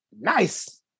Nice